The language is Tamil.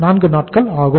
4 நாட்கள்ஆகும்